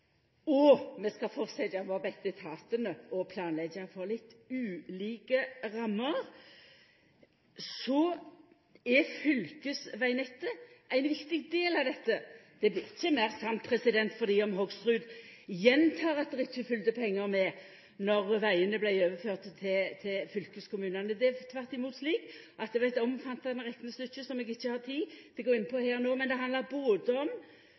og vi skal fortsetja med å be etatane planleggja for ulike rammer. Fylkesvegnettet er ein viktig del av dette. Det blir ikkje meir sant sjølv om Hoksrud gjentek at det ikkje følgde pengar med då vegane vart overførde til fylkeskommunane. Det er tvert imot slik at det var eit omfattande reknestykke, som eg ikkje har tid til å gå inn på her no, men som handlar om ekstra midlar, 1 mrd. kr, som handlar om